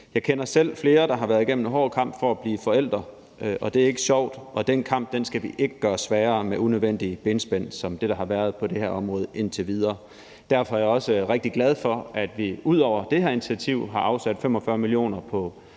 Jeg kender selv flere, der har været igennem en hård kamp for at blive forælder. Det er ikke sjovt, og den kamp skal vi ikke gøre sværere med unødvendige benspænd som det, der har været på det her område indtil videre. Derfor er jeg også rigtig glad for, at vi ud over det her initiativ har afsat 45 mio. kr.